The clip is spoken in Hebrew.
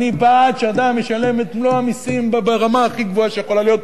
אני בעד שאדם ישלם את מלוא המסים ברמה הכי גבוהה שיכולה להיות,